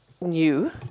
new